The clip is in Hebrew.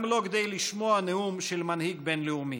גם לא כדי לשמוע נאום של מנהיג בין-לאומי,